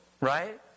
right